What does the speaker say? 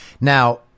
Now